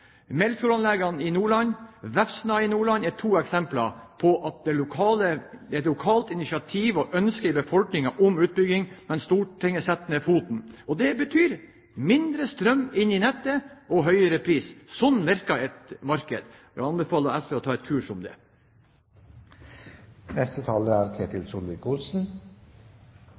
Melfjord-anleggene i Nordland og Vefsna i Nordland er to eksempler på at det er lokalt initiativ og et ønske i befolkningen om utbygging, mens Stortinget setter ned foten. Det betyr mindre strøm inn i nettet og høyere pris. Slik virker et marked. Jeg anbefaler SV å ta et kurs om